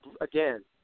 again